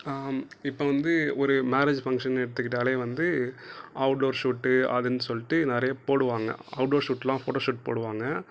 இப்போ வந்து ஒரு மேரேஜ் ஃபங்க்ஷன்னு எடுத்துக்கிட்டாலே வந்து அவுட்டோர் ஷூட்டு அதுன்னு சொல்லிவிட்டு நிறைய போடுவாங்க அவுட்டோர் ஷூட்டெலாம் ஃபோட்டோ ஷூட் போடுவாங்க